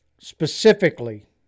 specifically